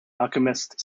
alchemist